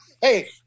Hey